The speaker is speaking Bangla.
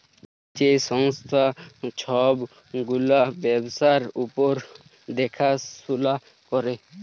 যে সংস্থা ছব গুলা ব্যবসার উপর দ্যাখাশুলা ক্যরে